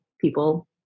people